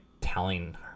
telling